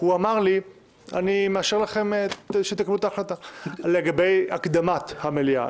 הוא אמר לי: אני מאשר לכם לקבל את ההחלטה לגבי הקדמת המליאה.